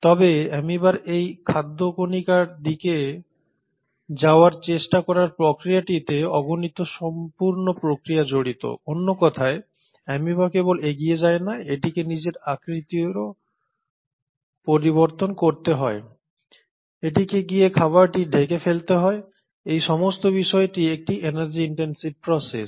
তবে অ্যামিবার এই খাদ্য কণিকার দিকে যাওয়ার চেষ্টা করার প্রক্রিয়াটিতে অগণিত সম্পূর্ণ প্রক্রিয়া জড়িত অন্য কথায় অ্যামিবা কেবল এগিয়ে যায় না এটিকে নিজের আকৃতিও পরিবর্তন করতে হয় এটিকে গিয়ে খাবারটি ঢেকে ফেলতে হয় এই সমস্ত বিষয়টি একটি এনার্জি ইনটেনসিভ প্রসেস